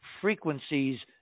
frequencies